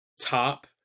top